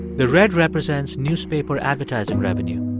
the red represents newspaper advertising revenue.